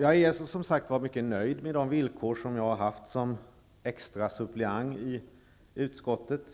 Jag är som sagt mycket nöjd med de villkor som jag har haft som extra suppleant i utskottet.